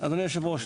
אדוני היושב-ראש,